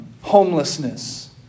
homelessness